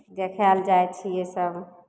देखय लए जाइ छियै सब